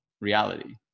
reality